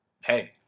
hey